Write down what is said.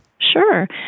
Sure